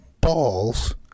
balls